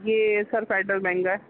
یہ sir Federal Bank کا ہے